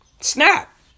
snap